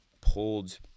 pulled